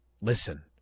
listen